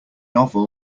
novel